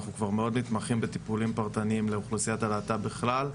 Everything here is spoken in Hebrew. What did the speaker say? אנחנו כבר מאוד מתמחים בטיפולים פרטניים לאוכלוסיית הלהט"ב בכלל,